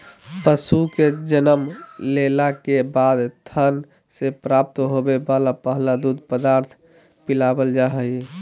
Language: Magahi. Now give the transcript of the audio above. पशु के जन्म लेला के बाद थन से प्राप्त होवे वला पहला दूध पदार्थ पिलावल जा हई